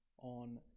on